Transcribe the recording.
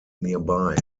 nearby